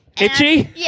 Itchy